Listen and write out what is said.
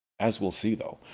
as we'll see, though,